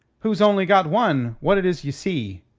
who's only got one, what it is ye see!